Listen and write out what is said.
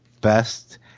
best